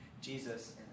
Jesus